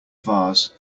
vase